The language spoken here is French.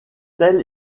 telle